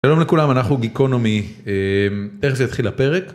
שלום לכולם אנחנו גיקונומי איך זה התחילה הפרק,